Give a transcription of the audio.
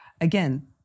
again